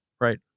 Right